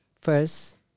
first